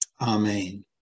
Amen